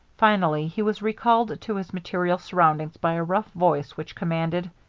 finally he was recalled to his material surroundings by a rough voice which commanded,